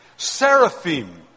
seraphim